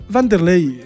Vanderlei